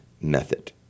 method